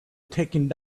taking